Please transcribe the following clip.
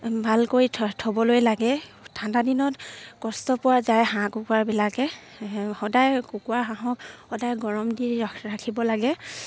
ভাল কৈ থ'বলৈ লাগে ঠাণ্ডা দিনত কষ্ট পোৱা যায় হাঁহ কুকুৰাবিলাকে সদায় কুকুৰা হাঁহক সদায় গৰম দি ৰাখিব লাগে